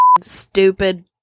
stupid